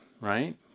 right